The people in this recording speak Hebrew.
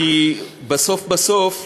לדיון הזה,